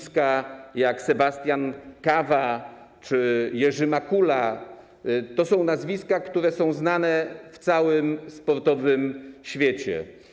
Sebastian Kawa czy Jerzy Makula to są nazwiska, które są znane w całym sportowym świecie.